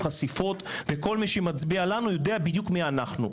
וחשיפות, וכל מי שמצביע לנו, יודע בדיוק מי אנחנו.